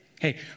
Hey